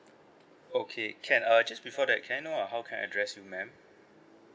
okay can uh just before that can I know uh how can I address you ma'am